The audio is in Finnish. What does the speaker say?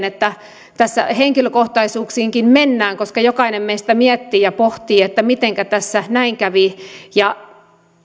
että tässä henkilökohtaisuuksiinkin mennään koska jokainen meistä miettii ja pohtii mitenkä tässä näin kävi ja